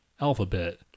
alphabet